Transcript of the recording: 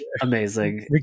Amazing